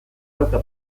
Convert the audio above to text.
dauka